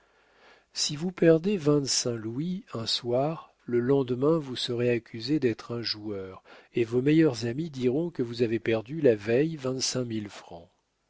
si vous perdez vingt-cinq louis un soir le lendemain vous serez accusé d'être un joueur et vos meilleurs amis diront que vous avez perdu la veille